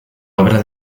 obra